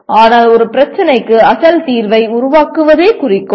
ஆனால் ஒரு பிரச்சினைக்கு அசல் தீர்வை உருவாக்குவதே குறிக்கோள்